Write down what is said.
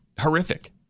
horrific